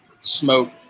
smoke